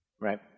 right